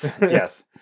yes